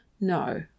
No